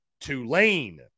Tulane